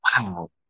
wow